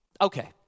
Okay